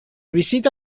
visita